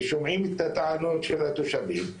ושומעים את הטענות של התושבים,